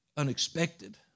Unexpected